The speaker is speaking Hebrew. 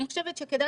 אני חושבת שכדאי